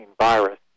virus